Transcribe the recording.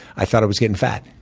i thought i was getting fat.